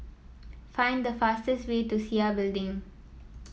find the fastest way to Sia Building